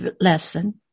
lesson